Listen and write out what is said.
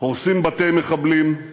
הורסים בתי מחבלים,